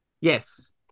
yes